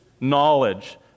knowledge